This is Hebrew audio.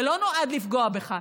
זה לא נועד לפגוע בך.